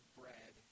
bread